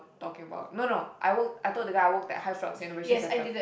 talking about no no I work I told the guy I work at Hyflux innovation centre